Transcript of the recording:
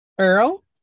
Earl